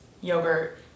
yogurt